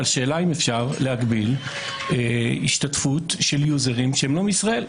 השאלה אם אפשר להגביל השתתפות של יוזרים שהם לא מישראל.